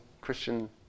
Christian